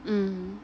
mm